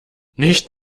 nicht